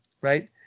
right